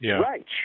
Right